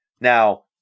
Now